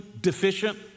deficient